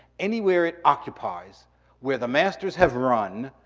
anywhere it occupies where the masters have run,